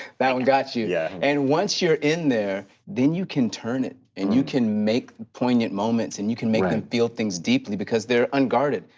that one got you. yeah. and once you're in there then you can turn it and you can make poignant moments and you can make them feel things deeply because they're unguarded.